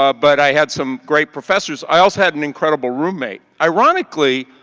ah but i had some great professors. i also had an incredible roommate. ironically,